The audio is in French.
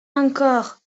encore